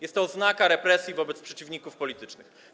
Jest to oznaka represji wobec przeciwników politycznych.